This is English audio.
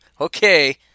Okay